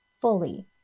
fully